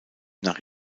nach